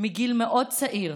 מגיל מאוד צעיר